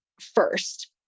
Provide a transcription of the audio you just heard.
first